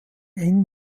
eng